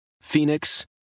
Phoenix